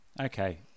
Okay